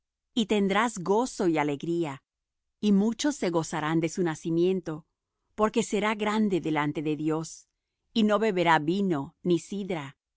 y tendrás gozo y alegría y muchos se gozarán de su nacimiento porque será grande delante de dios y no beberá vino ni sidra